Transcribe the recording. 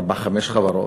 ארבע-חמש חברות,